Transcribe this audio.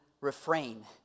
refrain